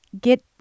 get